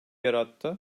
yarattı